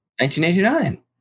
1989